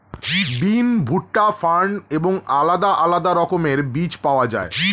বিন, ভুট্টা, ফার্ন এবং আলাদা আলাদা রকমের বীজ পাওয়া যায়